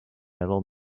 metal